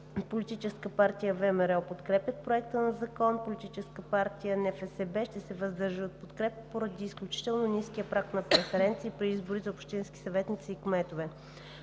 Политическа партия ВМРО подкрепят Проекта на закон, а Политическа партия НФСБ ще се въздържи от подкрепа поради изключително ниския праг на преференции при избори за общински съветници и кметове.